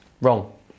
wrong